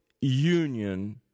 Union